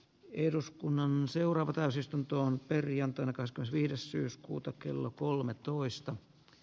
eduskunnan seuraava täysistuntoon perjantaina kaskas viides syyskuuta kello ed